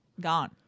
Gone